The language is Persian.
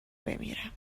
بمیرم